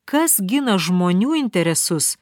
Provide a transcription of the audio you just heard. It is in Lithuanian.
kas gina žmonių interesus